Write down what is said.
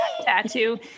tattoo